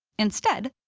instead,